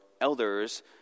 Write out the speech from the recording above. elders